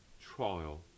trial